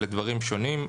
אלה דברים שונים,